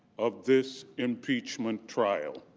of this impeachment trial.